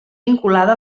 vinculada